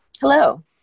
Hello